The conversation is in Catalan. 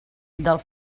del